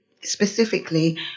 specifically